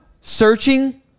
Searching